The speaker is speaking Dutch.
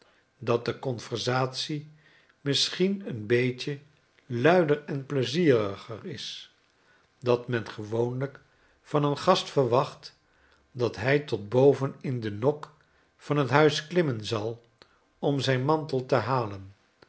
dat deconversatie misschien een beetje luiderenpleizierigerisjdat men gewoonlijk van een gast verwacht dathy tot boven in de nok van t huis klimmen zal om zijn mantel te halen